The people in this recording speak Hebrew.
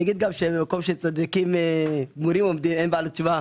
אני אגיד גם שבמקום שבעלי תשובה